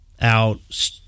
out